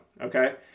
okay